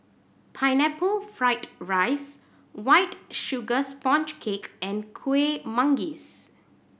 Pineapple Fried rice White Sugar Sponge Cake and Kuih Manggis